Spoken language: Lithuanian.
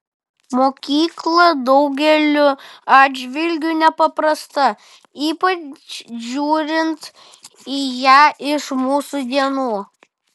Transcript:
mokykla daugeliu atžvilgiu nepaprasta ypač žiūrint į ją iš mūsų dienų